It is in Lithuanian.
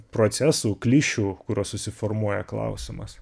procesų klišių kurios susiformuoja klausimas